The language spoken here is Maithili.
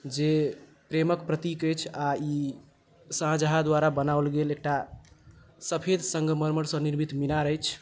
जे प्रेमक प्रतीक अछि आ ई शाहजहाँ द्वारा बनाओल गेल एकटा सफेद संगमरमरसँ निर्मित मीनार अछि